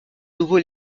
nouveau